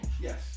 Yes